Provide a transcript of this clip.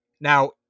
Now